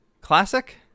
Classic